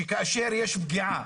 שכאשר יש פגיעה,